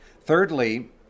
Thirdly